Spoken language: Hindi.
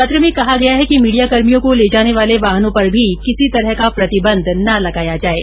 पत्र में कहां गया है कि मीडियाकर्मियों को ले जाने वाले वाहनों पर भी किसी तरह का प्रतिबंध ना लगाया जाये